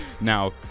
Now